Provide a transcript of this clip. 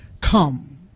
Come